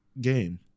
game